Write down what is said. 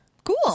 Cool